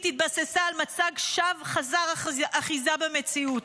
התבססה על מצג שווא חסר אחיזה במציאות.